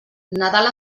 nadal